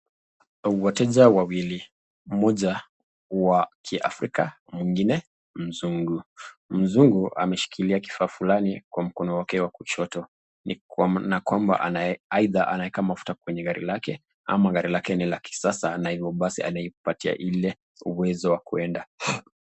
Wateja wawili moja wa mwafrika mwingine ni mzungu , mzungu ameshikilia kifaa fulani Kwa mkono wake wa kushoto ni kwamba aita anaweka mafuta kwenye gari la ama gari yake ya kisasa anayo pasi apatia hili uwezo wa kuenda.